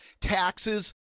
Taxes